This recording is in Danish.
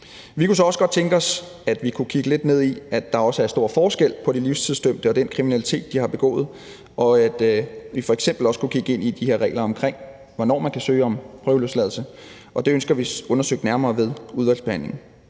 Vi kunne så også godt tænke os, at vi kunne kigge lidt ned i, at der også er stor forskel på de livstidsdømte og den kriminalitet, de har begået, og at vi f.eks. også kunne kigge ind i de her regler om, hvornår man kan søge om prøveløsladelse. Det ønsker vi undersøgt nærmere i udvalgsbehandlingen.